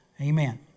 Amen